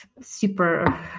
super